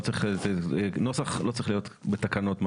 אני לא חושב שהנוסח צריך להיות בתקנות ממש,